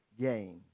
game